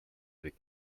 avec